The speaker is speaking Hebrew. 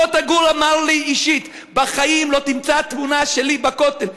מוטה גור אמר לי אישית: בחיים לא תמצא תמונה שלי בכותל.